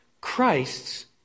Christ's